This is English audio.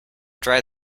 dry